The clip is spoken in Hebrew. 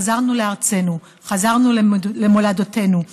חזרנו לארצנו, חזרנו למולדתנו.